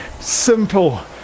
simple